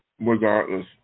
regardless